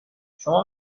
شما